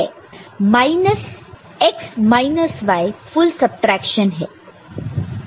x minus y full subtraction है